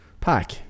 Pack